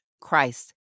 Christ